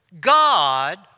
God